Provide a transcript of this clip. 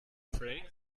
pray